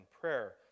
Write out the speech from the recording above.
prayer